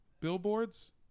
billboards